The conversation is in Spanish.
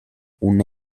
una